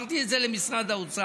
אמרתי את זה למשרד האוצר